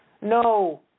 No